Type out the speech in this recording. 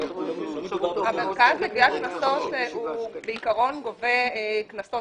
המרכז לגביית קנסות בעיקרון גובה קנסות